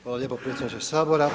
Hvala lijepo predsjedniče Sabora.